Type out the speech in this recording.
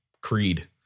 Creed